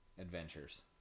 adventures